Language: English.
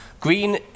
Green